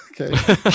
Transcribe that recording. Okay